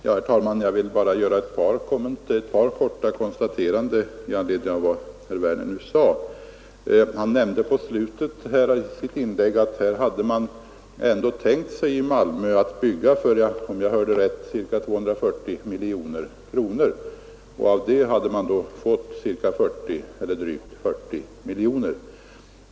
Herr talman! Jag vill bara göra ett par korta konstateranden med anledning av vad herr Werner i Malmö nu sade. Han nämnde i slutet av sitt inlägg att man i Malmö hade tänkt sig att bygga för ca 240 miljoner kronor. Av det hade man då fått drygt 40 miljoner.